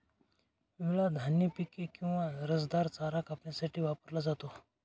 विळा धान्य पिके किंवा रसदार चारा कापण्यासाठी वापरला जातो